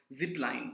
ZipLine